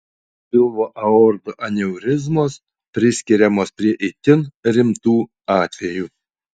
pilvo aortų aneurizmos priskiriamos prie itin rimtų atvejų